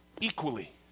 equally